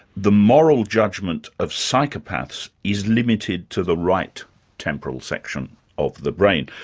the moral judgment of psychopaths is limited to the right temporal section of the brain,